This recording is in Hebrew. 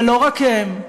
ולא רק הם,